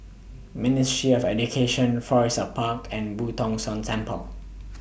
Ministry of Education Florissa Park and Boo Tong San Temple